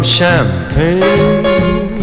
champagne